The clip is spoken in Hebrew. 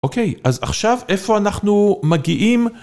אוקיי, אז עכשיו איפה אנחנו מגיעים?